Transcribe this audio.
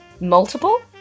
Multiple